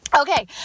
okay